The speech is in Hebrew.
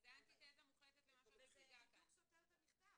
וזה בדיוק סותר את המכתב,